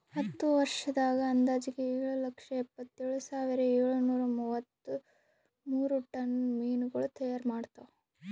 ಹತ್ತು ವರ್ಷದಾಗ್ ಅಂದಾಜಿಗೆ ಏಳು ಲಕ್ಷ ಎಪ್ಪತ್ತೇಳು ಸಾವಿರದ ಏಳು ನೂರಾ ಮೂವತ್ಮೂರು ಟನ್ ಮೀನಗೊಳ್ ತೈಯಾರ್ ಮಾಡ್ತಾರ